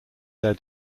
their